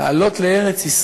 שזכו לעלות לארץ-ישראל,